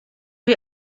chi